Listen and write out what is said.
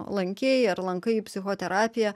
lankei ar lankai psichoterapiją